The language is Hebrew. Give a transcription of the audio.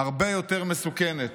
הרבה יותר מסוכנת.